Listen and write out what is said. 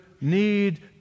need